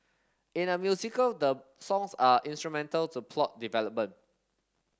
in a musical the songs are instrumental to plot development